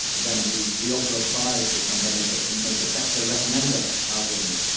then we we offer a prize for somebody that can make a better recommender algorithm.